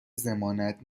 ضمانت